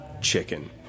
chicken